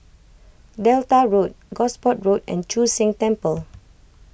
Delta Road Gosport Road and Chu Sheng Temple